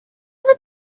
ever